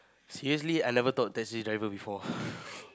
seriously I never talk to taxi driver before